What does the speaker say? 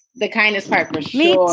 the kind of smart. me